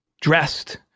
dressed